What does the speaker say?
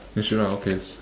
okay syura okay